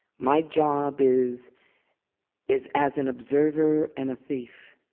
my job is is as an observer and a thief,